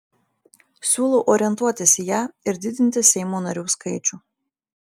siūlau orientuotis į ją ir didinti seimo narių skaičių